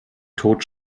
tod